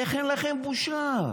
איך אין לכם בושה,